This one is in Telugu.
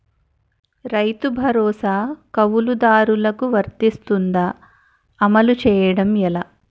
రైతు భరోసా కవులుదారులకు వర్తిస్తుందా? అమలు చేయడం ఎలా